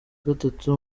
gatatu